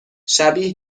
شبیه